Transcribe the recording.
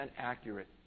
accurate